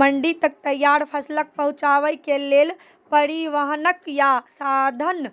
मंडी तक तैयार फसलक पहुँचावे के लेल परिवहनक या साधन